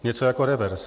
Něco jako revers.